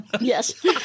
yes